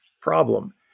problem